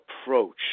approach